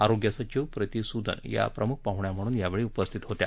आरोग्य सचिव प्रीती सुदन या प्रमुख पाहुण्या म्हणून उपस्थित होत्या